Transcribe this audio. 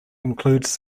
includes